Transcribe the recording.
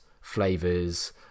flavors